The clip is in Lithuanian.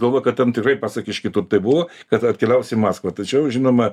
galvojo kad ten tikrai pasakiški turtai buvo kad atkeliaus į maskvą tačiau žinoma